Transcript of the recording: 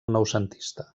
noucentista